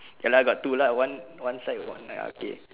ya lah got two lah one one side one lah okay